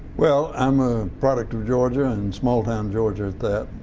well, i'm a product of georgia, and small town georgia at that.